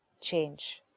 change